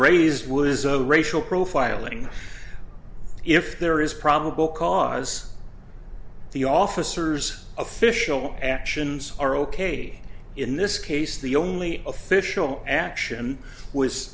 raised was a racial profiling if there is probable cause the officers official actions are ok in this case the only official action was